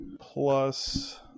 plus